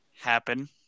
happen